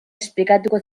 esplikatuko